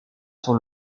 sont